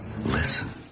Listen